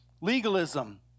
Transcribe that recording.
legalism